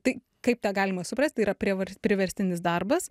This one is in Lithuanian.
tai kaip tą galima suprast tai yra prievar priverstinis darbas